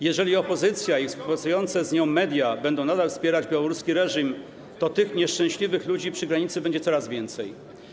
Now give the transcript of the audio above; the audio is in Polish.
Jeżeli opozycja i współpracujące z nią media będą nadal wspierać białoruski reżim, to tych nieszczęśliwych ludzi przy granicy będzie coraz więcej.